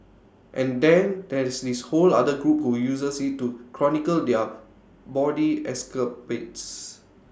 and then there's this whole other group who uses IT to chronicle their bawdy escapades